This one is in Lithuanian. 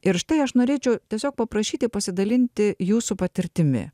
ir štai aš norėčiau tiesiog paprašyti pasidalinti jūsų patirtimi